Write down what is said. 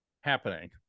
happening